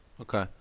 Okay